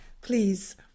please